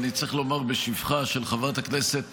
אני צריך לומר בשבחה של חברת הכנסת